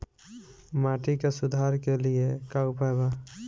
माटी के सुधार के लिए का उपाय बा?